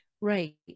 Right